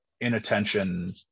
Inattention